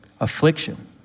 Affliction